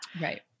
Right